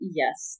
yes